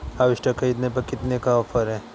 Harvester ख़रीदने पर कितनी का ऑफर है?